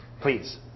Please